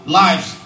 lives